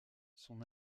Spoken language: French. son